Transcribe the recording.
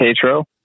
Petro